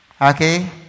okay